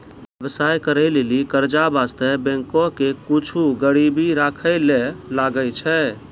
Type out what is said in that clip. व्यवसाय करै लेली कर्जा बासतें बैंको के कुछु गरीबी राखै ले लागै छै